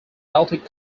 baltic